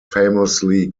famously